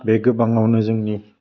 बे गोबाङावनो जोंनि